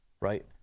right